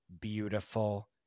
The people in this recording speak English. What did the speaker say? beautiful